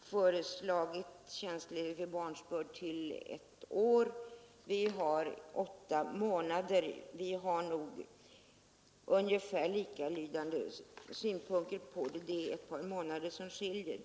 föreslagit en tjänstledighet vid barnsbörd på ett år — Socialdemokratiska kvinnoförbundet har föreslagit åtta månader. Vi har nog ungefär samma synpunkter på detta — det är ett par månader som skiljer.